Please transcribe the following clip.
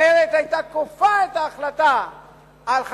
אחרת היא היתה כופה את ההחלטה על חבריה.